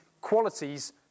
qualities